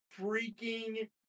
freaking